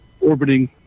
orbiting